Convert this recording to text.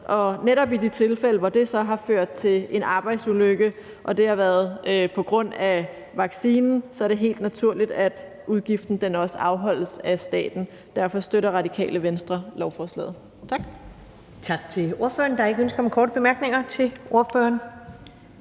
Og netop i de tilfælde, hvor det så har ført til en arbejdsulykke – og hvor det har været på grund af vaccinen – er det helt naturligt, at udgifterne også afholdes af staten. Derfor støtter Radikale Venstre lovforslaget. Tak. Kl. 15:21 Første næstformand (Karen Ellemann): Tak til ordføreren.